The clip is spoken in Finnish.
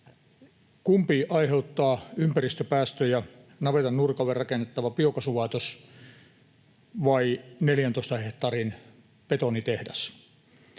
Kumpi aiheuttaa ympäristöpäästöjä, navetan nurkalle rakennettava biokaasulaitos vai 14 hehtaarin betonitehdas?